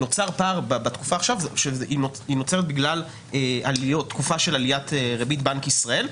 בתקופה הנוכחית נוצר פער בגלל תקופה של עליית ריבית בנק ישראל,